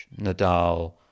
Nadal